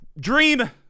Dream